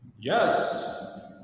Yes